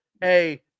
Hey